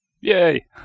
Yay